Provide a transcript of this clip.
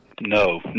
No